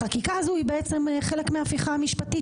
החקיקה הזו היא חלק מההפיכה המשפטית,